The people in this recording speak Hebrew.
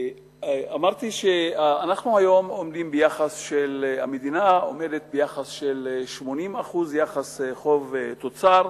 אמרתי שהמדינה עומדת היום ביחס של 80% יחס חוב תוצר,